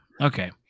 Okay